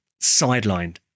sidelined